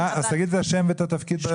אז תגיד את השם ואת התפקיד שלך.